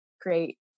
great